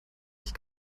ich